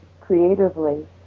creatively